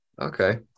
okay